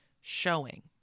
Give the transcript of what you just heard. showing